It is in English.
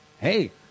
hey